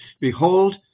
Behold